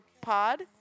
Pod